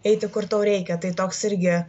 eiti kur tau reikia tai toks irgi